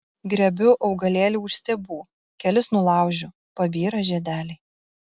griebiu augalėlį už stiebų kelis nulaužiu pabyra žiedeliai